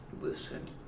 listen